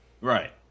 Right